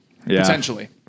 potentially